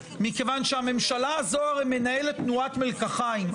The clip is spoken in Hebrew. מכיוון שהממשלה הזו הרי מנהלת תנועת מלקחיים,